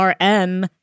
RM